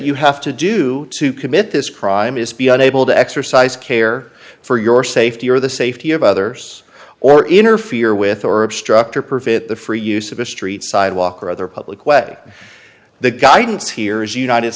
you have to do to commit this crime is to be unable to exercise care for your safety or the safety of others or interfere with or obstruct or perfect the free use of a street sidewalk or other public way the guidance here is united